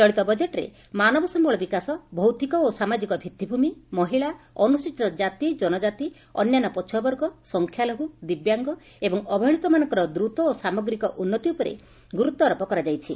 ଚଳିତ ବଜେଟ୍ରେ ମାନବ ସମ୍ଳ ବିକାଶ ଭୌତିକ ଓ ସାମାଜିକ ଭିଭିଭୂମି ମହିଳା ଅନୁସୂଚିତ ଜାତି ଜନଜାତି ଅନ୍ୟାନ୍ୟ ପଛୁଆବର୍ଗ ସଂଖ୍ୟାଲଘୁ ଦିବ୍ୟାଙ୍ଗ ଏବଂ ଅବହେଳିତମାନଙ୍କର ଦ୍ରତ ଓ ସାମଗ୍ରିକ ଉନ୍ନତି ଉପରେ ଗୁରୁତ୍ୱାରୋପ କରାଯାଇଛି